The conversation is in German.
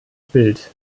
bild